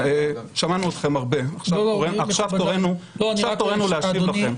שמענו אתכם הרבה, עכשיו תורנו להשיב לכם.